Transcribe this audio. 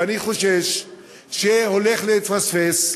ואני חושש שזה הולך להתפספס,